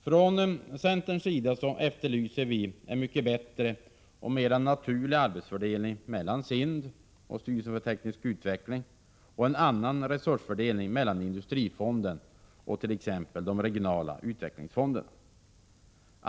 Från centerns sida efterlyser vi en mycket bättre och mera naturlig arbetsfördelning mellan SIND och styrelsen för teknisk utveckling och en annan resursfördelning mellan Industrifonden och t.ex. de regionala utvecklingsfonderna.